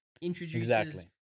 introduces